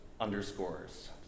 underscores